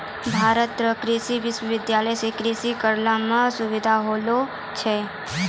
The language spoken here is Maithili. भारत रो कृषि विश्वबिद्यालय से कृषि करै मह सुबिधा होलो छै